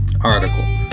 article